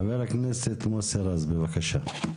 חבר הכנסת מוסי רז, בבקשה.